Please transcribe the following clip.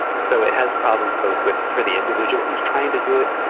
so it has problems both with, for the individual who's trying to do it,